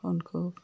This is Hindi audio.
उनको